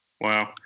wow